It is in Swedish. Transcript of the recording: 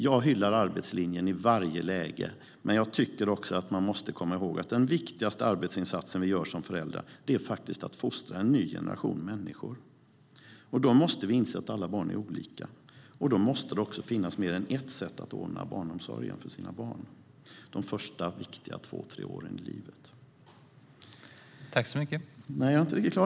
Jag hyllar arbetslinjen i varje läge, men jag tycker att vi också måste komma ihåg att den viktigaste arbetsinsatsen vi gör som föräldrar faktiskt är att fostra en ny generation människor. Då måste vi inse att alla barn är olika, och då måste det också finnas mer än ett sätt att ordna barnomsorgen de första viktiga två tre åren av barnens liv.